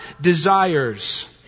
desires